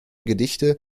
gedichte